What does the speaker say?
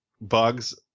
Bugs